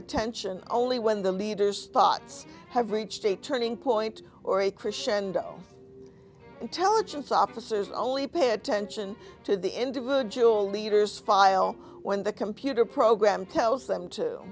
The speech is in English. attention only when the leaders thoughts have reached a turning point or a christian doe intelligence officers only pay attention to the individual leaders file when the computer program tells them to